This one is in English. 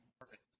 perfect